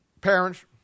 parents